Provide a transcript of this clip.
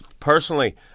Personally